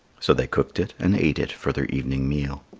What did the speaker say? so they cooked it and ate it for their evening meal.